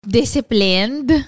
disciplined